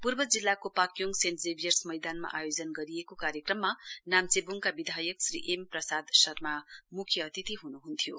पूर्व जिल्लाको Pakyong Saint Xavier's नैदानमा आयोजन गरिएको कार्यक्रममा नाम्चेब्डका विधायक श्री एम प्रसाद शर्मा मुख्य अतिथि ह्नुह्न्थ्यो